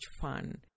fun